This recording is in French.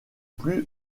plus